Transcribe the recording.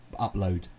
upload